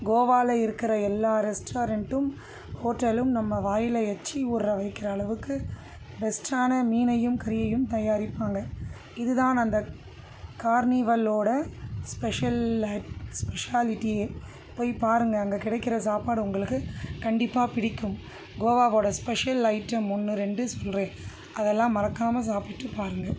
கோவாவில இருக்கிற எல்லா ரெஸ்டாரெண்ட்டும் ஹோட்டலும் நம்ம வாயில் எச்சி ஊற வைக்கிற அளவுக்கு பெஸ்ட்டான மீனையும் கறியையும் தயாரிப்பாங்க இதுதான் அந்த கார்னிவல்லோட ஸ்பெஷல்லேட் ஸ்பெஷாலிட்டியே போய் பாருங்கள் அங்கே கிடைக்கிற சாப்பாடு உங்களுக்கு கண்டிப்பாக பிடிக்கும் கோவாவோட ஸ்பெஷல் ஐட்டம் ஒன்று ரெண்டு சொல்கிறேன் அதெல்லாம் மறக்காமல் சாப்பிட்டு பாருங்கள்